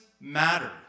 matter